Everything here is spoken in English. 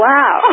Wow